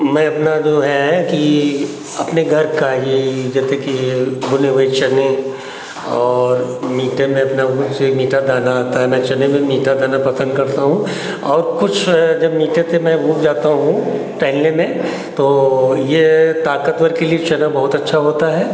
मैं अपना जो है कि अपने घर का ही जैसे कि ये भुने हुए चने और मीठे में अपना गुड़ से मीठा दाना होता है मैंने चने में मीठा डालना पसंद करता हूँ और कुछ जब मीठे से मैं ऊब जाता हूँ टहलने में तो ये ताकतवर के लिए चना बहुत अच्छा होता है